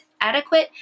adequate